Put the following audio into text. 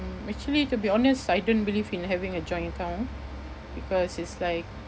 mm actually to be honest I don't believe in having a joint account because it's like